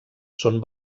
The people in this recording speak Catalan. són